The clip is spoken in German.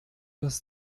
das